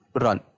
run